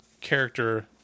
character